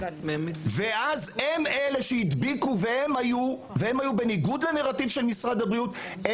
הם אלה, בניגוד לנרטיב של משרד הבריאות,